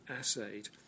assayed